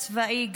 אדמיניסטרטיבי,